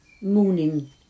morning